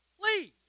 please